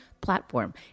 platform